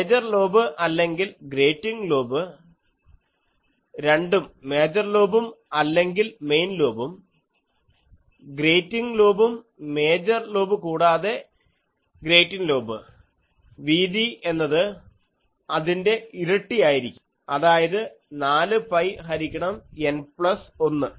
major lobe അല്ലെങ്കിൽ grating lobe രണ്ടും major ലോബും അല്ലെങ്കിൽ മെയിൻ ലോബും ഗ്രേറ്റിംഗ് ലോബും മേജർ ലോബ് കൂടാതെ ഗ്രേറ്റിംഗ് ലോബ് വീതി എന്നത് അതിൻ്റെ ഇരട്ടിയായിരിക്കും അതായത് 4 പൈ ഹരിക്കണം N പ്ലസ് 1